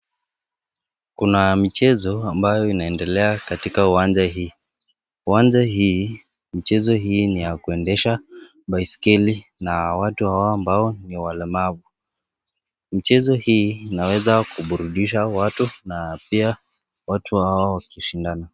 Kuna michezo ambayo inaendelea katika uwanja hii. Uwanja hii, michezo hii ni ya kuendesha baiskeli na watu ambao ni walemavu. Mchezo hii inaweza kuburudisha watu na pia watu hao wakishindana.